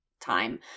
time